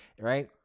Right